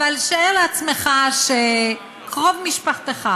אבל שער לעצמך שקרוב משפחתך